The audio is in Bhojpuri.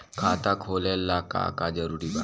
खाता खोले ला का का जरूरी बा?